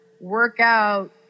workout